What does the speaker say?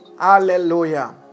Hallelujah